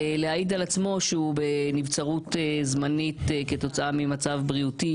להעיד על עצמו שהוא בנבצרות זמנית כתוצאה ממצב בריאותי